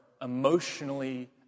emotionally